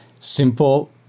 simple